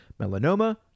melanoma